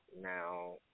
now